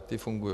Ty fungují.